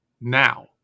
now